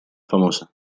famosa